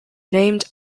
named